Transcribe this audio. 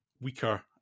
weaker